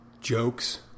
jokes